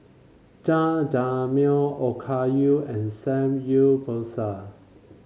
Jajangmyeon Okayu and Samgyeopsal